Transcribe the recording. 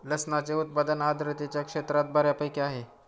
लसणाचे उत्पादन आर्द्रतेच्या क्षेत्रात बऱ्यापैकी आहे